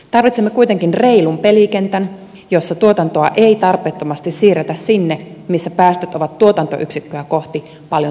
tarvitsemme kuitenkin reilun pelikentän jossa tuotantoa ei tarpeettomasti siirretä sinne missä päästöt ovat tuotantoyksikköä kohti paljon suurempia